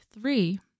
three